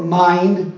mind